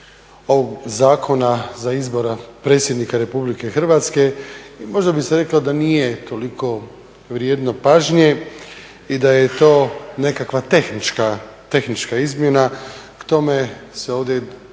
ovog zakona za izbor Predsjednik Republike Hrvatske. Možda bi se reklo da nije toliko vrijedno pažnje i da je to nekakva tehnička izmjena. K tome se ovdje kaže